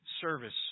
service